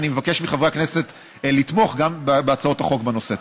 ואני מבקש מחברי הכנסת לתמוך בהצעות החוק בנושא.